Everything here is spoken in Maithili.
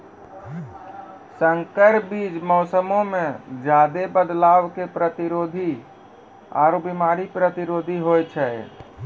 संकर बीज मौसमो मे ज्यादे बदलाव के प्रतिरोधी आरु बिमारी प्रतिरोधी होय छै